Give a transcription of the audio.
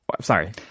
Sorry